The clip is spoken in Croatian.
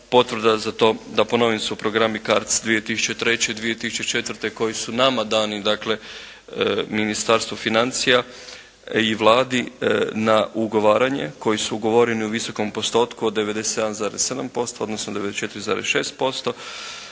Potvrda za to, da ponovim, su programi CARDS 2003. i 2004. koji su nama dani dakle Ministarstvu financija i Vladi na ugovaranje, koji su ugovoreni u visokom postotku od 97,7%, odnosno 94,6%.